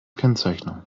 kennzeichnung